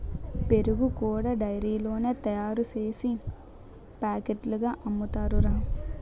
పెరుగు కూడా డైరీలోనే తయారుసేసి పాకెట్లుగా అమ్ముతారురా